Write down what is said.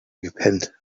gepennt